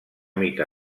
mica